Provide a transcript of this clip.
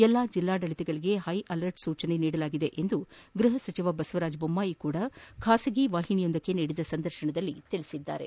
ಎಲ್ಲಾ ಜಿಲ್ಲಾಡಳಿತಗಳಗೆ high alert ಸೂಚನೆ ನೀಡಲಾಗಿದೆ ಎಂದು ಗೃಹ ಸಚಿವ ಬಸವರಾಜ್ ಬೊಮ್ಲಾಯಿ ಕೂಡಾ ಖಾಸಗಿ ವಾಹಿನಿಯೊಂದಕ್ಕೆ ನೀಡಿದ ಸಂದರ್ಶನದಲ್ಲಿ ತಿಳಿಸಿದರು